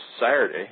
Saturday